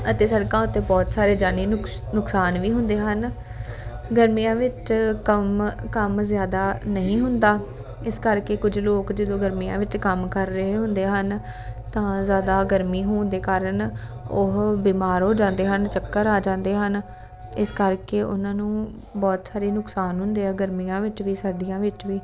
ਅਤੇ ਸੜਕਾਂ ਉੱਤੇ ਬਹੁਤ ਸਾਰੇ ਜਾਨੀ ਨੁਕ ਨੁਕਸਾਨ ਵੀ ਹੁੰਦੇ ਹਨ ਗਰਮੀਆਂ ਵਿੱਚ ਕੰਮ ਕੰਮ ਜ਼ਿਆਦਾ ਨਹੀਂ ਹੁੰਦਾ ਇਸ ਕਰਕੇ ਕੁਝ ਲੋਕ ਜਦੋਂ ਗਰਮੀਆਂ ਵਿੱਚ ਕੰਮ ਕਰ ਰਹੇ ਹੁੰਦੇ ਹਨ ਤਾਂ ਜ਼ਿਆਦਾ ਗਰਮੀ ਹੋਣ ਦੇ ਕਾਰਨ ਉਹ ਬਿਮਾਰ ਹੋ ਜਾਂਦੇ ਹਨ ਚੱਕਰ ਆ ਜਾਂਦੇ ਹਨ ਇਸ ਕਰਕੇ ਉਹਨਾਂ ਨੂੰ ਬਹੁਤ ਸਾਰੇ ਨੁਕਸਾਨ ਹੁੰਦੇ ਆ ਗਰਮੀਆਂ ਵਿੱਚ ਵੀ ਸਰਦੀਆਂ ਵਿੱਚ ਵੀ